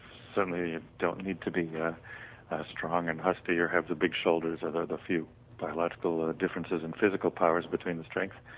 certainly don't need to be strong and husky or have the big shoulders, they are the few biological differences and physical powers between the strength.